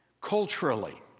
culturally